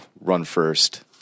run-first